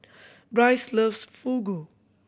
Brice loves Fugu